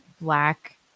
black